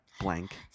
Blank